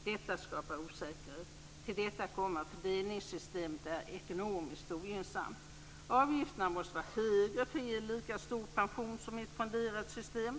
Detta skapar osäkerhet. Till detta kommer att fördelningssystemet är ekonomiskt ogynnsamt. Avgifterna måste vara högre för att ge lika stor pension som i ett fonderat system.